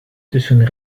tussen